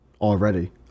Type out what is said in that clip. already